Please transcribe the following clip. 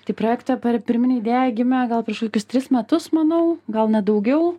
tai projekto pirminė idėja gimė gal prieš kokius tris metus manau gal net daugiau